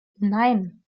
nein